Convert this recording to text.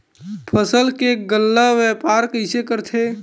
फसल के गल्ला व्यापार कइसे करथे?